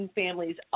families